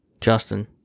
Justin